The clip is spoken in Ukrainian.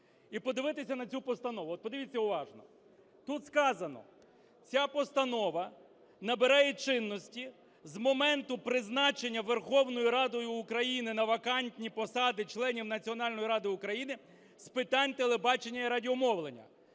і подивитися на цю постанову. От подивіться уважно. Тут сказано: ця постанова набирає чинності з моменту призначення Верховною Радою України на вакантні посади членів Національної ради України з питань телебачення і радіомовлення.